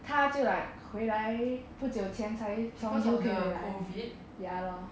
他就 like 回来不久前才从 U_K 回来 ya lor